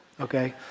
okay